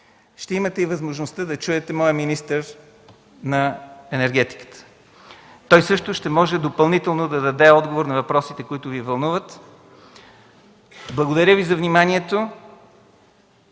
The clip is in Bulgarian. ще имате и възможността да чуете моя министър на енергетиката. Той също ще може допълнително да даде отговор на въпросите, които Ви вълнуват. Благодаря Ви за вниманието